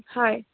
হয়